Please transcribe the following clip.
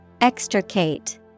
Extricate